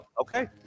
okay